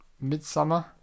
Midsummer